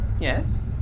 Yes